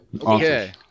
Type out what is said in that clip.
Okay